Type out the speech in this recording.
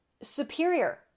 superior